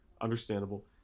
understandable